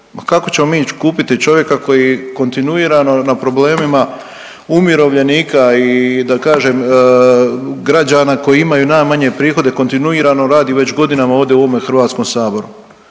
kako ćemo mi ić kupiti čovjeka koji kontinuirano na problemima umirovljenika i da kažem građana koji imaju najmanje prihode, kontinuirano radi već godinama ovdje u ovome HS. Jednostavno